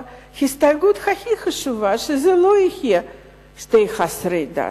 וההסתייגות הכי חשובה, שזה לא יהיה שני חסרי דת,